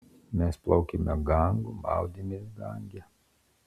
mes plaukėme gangu maudėmės gange